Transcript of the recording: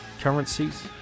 currencies